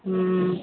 हुँ